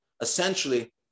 essentially